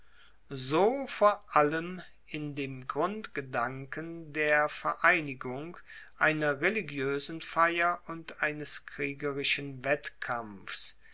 so vor allem in dem grundgedanken der vereinigung einer religioesen feier und eines kriegerischen wettkampfs